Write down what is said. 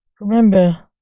Remember